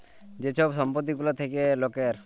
যে ছব সম্পত্তি গুলা থ্যাকে লকের